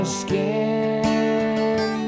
skin